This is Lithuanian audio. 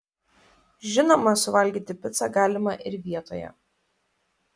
žinoma suvalgyti picą galima ir vietoje